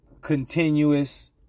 continuous